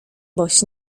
boś